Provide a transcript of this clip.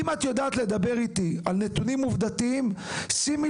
אם את יודעת לדבר איתי על נתונים עובדתיים שימי